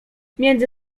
między